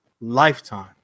lifetime